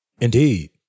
Indeed